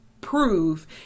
prove